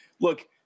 look